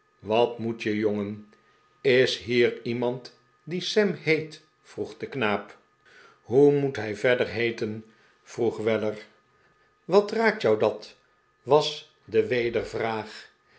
wat moet je jongen is hier iemand die sam heet vroeg de knaap hoe moet hij verder heeten vroeg weller wat raakt jou dat was de